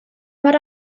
mor